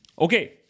Okay